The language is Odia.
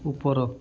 ଉପର